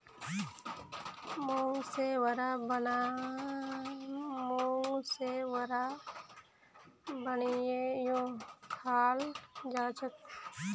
मूंग से वड़ा बनएयों खाल जाछेक